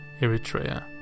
Eritrea